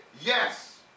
Yes